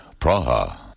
Praha